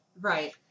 Right